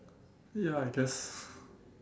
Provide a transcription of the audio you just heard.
ya I guess